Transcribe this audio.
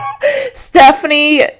stephanie